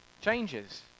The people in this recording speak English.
changes